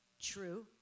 true